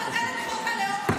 הוא רוצה לבטל את חוק הלאום.